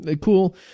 cool